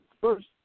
First